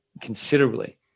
considerably